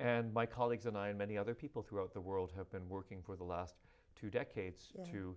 and my colleagues and i and many other people throughout the world have been working for the last two decades to